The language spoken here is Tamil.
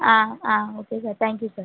ஆ ஆ okay sir thank you sir